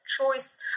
choice